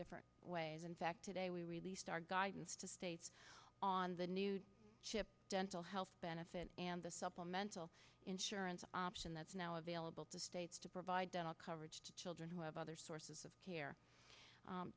different ways in fact today we released our guidance to states on the new chip dental benefit and the supplemental insurance option that's now available to states to provide dental coverage to children who have other sources of here